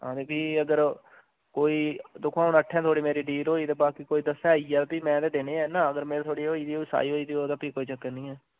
हां ते फ्ही अगर कोई दिक्खो ना हून अट्ठे थोह्ड़ी मेरी डील होई दी ते बाकी कोई दस्सै आई गेआ ते फ्ही मै ते देने गै न अगर मेरी थोह्ड़ी होई दी होग साई होई दी होग फेर कोई चक्कर नी ऐ